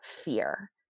fear